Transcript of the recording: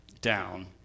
down